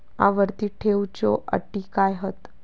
आवर्ती ठेव च्यो अटी काय हत?